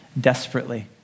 desperately